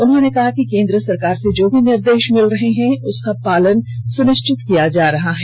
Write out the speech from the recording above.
उन्होंने कहा कि केंदर सरकार से जो भी निर्देश मिल रहा है उसका पालन सुनिशिचत किया जा रहा है